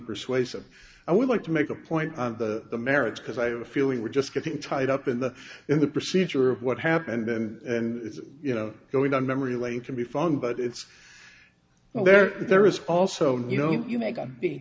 unpersuasive i would like to make a point on the merits because i have a feeling we're just getting tied up in the in the procedure of what happened and it's you know going down memory lane can be fun but it's well there there is also you know you make